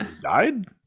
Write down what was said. died